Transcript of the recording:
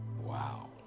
Wow